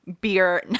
beer